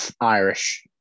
Irish